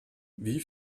wie